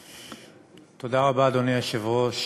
רבה, אדוני היושב-ראש.